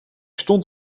stond